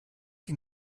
die